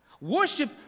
Worship